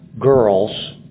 girls